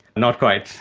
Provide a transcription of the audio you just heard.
not quite,